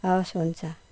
हवस् हुन्छ